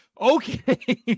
Okay